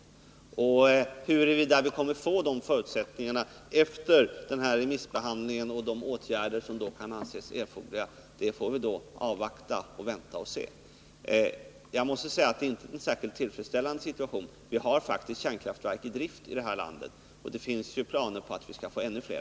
När det gäller frågan huruvida vi kommer att få de förutsättningarna efter denna remissbehandling och de åtgärder som då kan anses erforderliga, får vi vänta och se. Jag måste säga att det inte är en särskilt tillfredsställande situation. Vi har faktiskt kärnkraftverk i drift här i landet, och det finns ju planer på att vi skall få ännu fler.